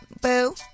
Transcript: boo